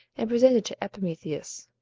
and presented to epimetheus,